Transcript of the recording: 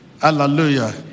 hallelujah